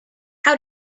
how